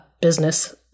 business